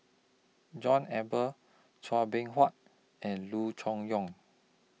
John Eber Chua Beng Huat and Loo Choon Yong